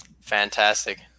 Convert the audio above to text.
Fantastic